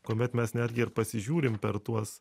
kuomet mes netgi ir pasižiūrim per tuos